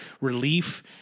relief